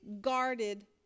guarded